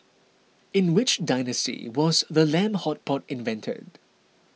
in which dynasty was the lamb hot pot invented